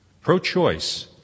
Pro-choice